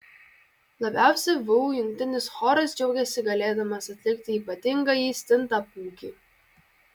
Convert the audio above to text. labiausiai vu jungtinis choras džiaugiasi galėdamas atlikti ypatingąjį stintapūkį